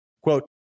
Quote